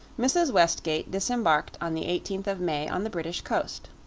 mrs. westgate disembarked on the eighteenth of may on the british coast.